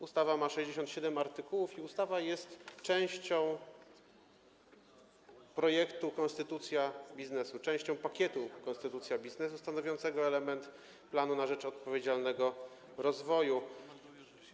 Ustawa ma 67 artykułów i jest częścią projektu konstytucja biznesu, częścią pakietu konstytucja biznesu stanowiącego element „Planu na rzecz odpowiedzialnego rozwoju”